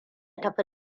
tafi